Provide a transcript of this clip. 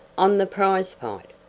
on the prize-fight?